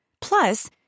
Plus